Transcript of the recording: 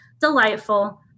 delightful